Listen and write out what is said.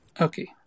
okay